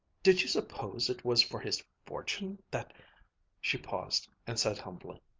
did you suppose it was for his fortune that she paused and said humbly,